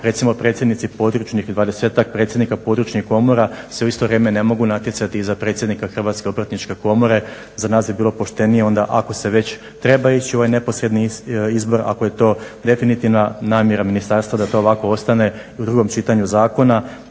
recimo predsjednici područnih, 20-tak predsjednika područnih komora se u isto vrijeme ne mogu natjecati i za predsjednika Hrvatske obrtničke komore. Za nas bi bilo poštenije onda ako se već treba ići u ovaj neposredni izbor, ako je to definitivna namjera ministarstva da to ovako ostane i u drugom čitanju zakona,